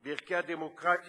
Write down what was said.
וערכי הדמוקרטיה